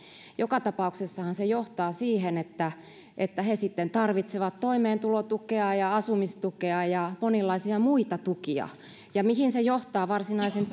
joka tapauksessahan se johtaa siihen että että he sitten tarvitsevat toimeentulotukea ja asumistukea ja monenlaisia muita tukia ja mihin se johtaa varsinaisen